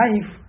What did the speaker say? life